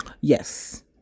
Yes